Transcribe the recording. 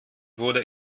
wurde